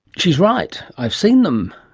she's right, i've seen them.